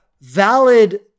valid